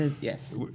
yes